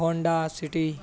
Honda city